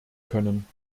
können